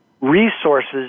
resources